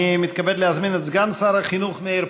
אני מתכבד להזמין את סגן שר החינוך מאיר